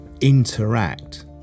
interact